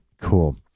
Cool